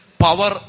Power